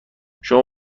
شما